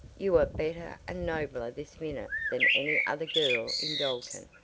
you are better and nobler this minute than any other girl in dalton,